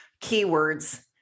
keywords